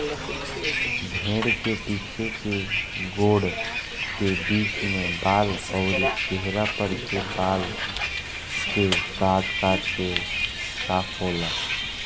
भेड़ के पीछे के गोड़ के बीच में बाल अउरी चेहरा पर के बाल के काट काट के साफ होला